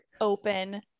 open